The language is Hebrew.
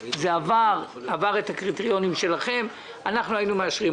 זה עבר את הקריטריונים שלכם ואנחנו היינו מאשרים.